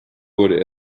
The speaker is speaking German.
wurde